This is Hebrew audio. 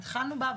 התחלנו בעבודה,